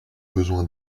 besoin